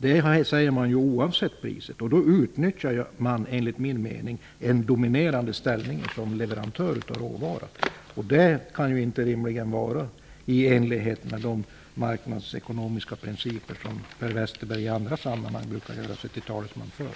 Det skall ske oavsett priset. Då utnyttjar Assidomän en dominerande ställning som leverantör av råvaror. Det kan rimligen inte vara i enlighet med de marknadsekonomiska principer som Per Westerberg i andra sammanhang brukar tala för.